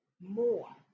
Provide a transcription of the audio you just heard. more